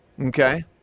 okay